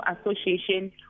association